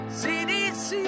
cdc